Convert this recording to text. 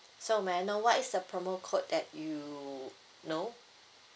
so may I know what is the promo code that you know